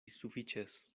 sufiĉas